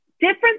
different